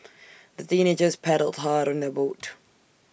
the teenagers paddled hard on their boat